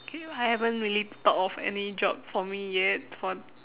okay I haven't really thought of any job for me yet for